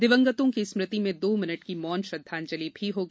दिवंगतों की स्मृति में दो मिनिट की मौन श्रद्वांजलि भी होगी